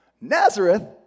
Nazareth